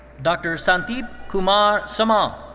dr. sandeep kumar samal.